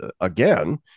again